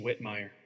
Whitmire